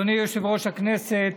אדוני יושב-ראש הכנסת,